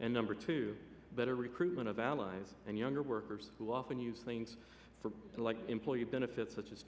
and number two better recruitment of allies and younger workers who often use things like employee benefits such as